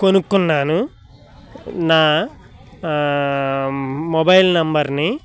కొనుక్కున్నాను నా మొబైల్ నెంబర్ని